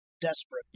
desperate